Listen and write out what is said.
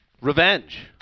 Revenge